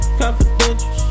confidential